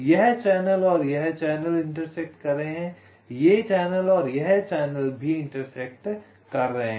यह चैनल और यह चैनल इंटरसेक्ट कर रहे है यह चैनल और यह चैनल इंटरसेक्ट कर रहे है यह चैनल यह चैनल भी इंटरसेक्ट कर रहे है